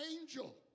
angel